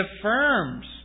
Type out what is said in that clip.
affirms